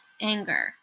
anger